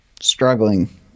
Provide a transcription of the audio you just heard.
struggling